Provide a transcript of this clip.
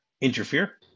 interfere